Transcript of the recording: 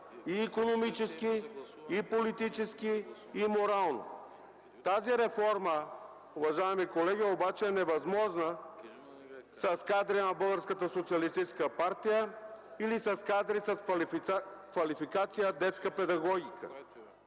икономически, политически и морално. Тази реформа, уважаеми колеги, обаче е невъзможна с кадри на Българската социалистическа партия или с кадри с квалификация „Детска педагогика”.